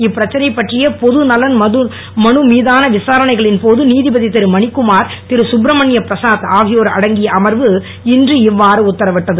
இப்பிரச்சனை பற்றிய பொது நலன் மனு மீதான விசாரணைகளின்போது நீதிபதி திரு மணிக்குமார் திரு கப்பிரமணியம் பிரசாத் ஆகியோர் அடங்கிய அமர்வு இன்று இவ்வாறு உத்தரவிட்டது